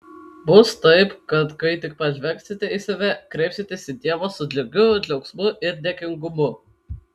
bus taip kad kai tik pažvelgsite į save kreipsitės į dievą su džiugiu džiaugsmu ir dėkingumu